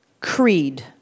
Creed